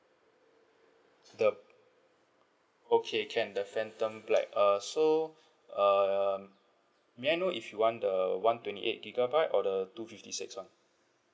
the okay can the phantom black err so um may I know if you want the one twenty eight gigabyte or the two fifty six [one]